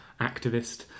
activist